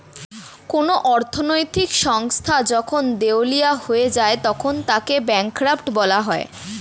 কোন অর্থনৈতিক সংস্থা যখন দেউলিয়া হয়ে যায় তখন তাকে ব্যাঙ্করাপ্ট বলা হয়